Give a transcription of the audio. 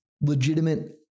legitimate